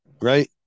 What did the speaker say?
right